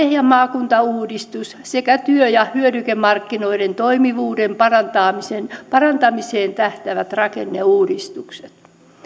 ja maakuntauudistus sekä työ ja hyödykemarkkinoiden toimivuuden parantamiseen parantamiseen tähtäävät rakenneuudistukset